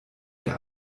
der